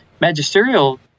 magisterial